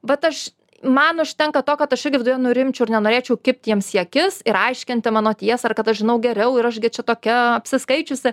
vat aš man užtenka to kad aš irgi tada jau nurimčiau ir nenorėčiau kibt jiems į akis ir aiškinti mano tiesą ir kad aš žinau geriau ir aš gi čia tokia apsiskaičiusi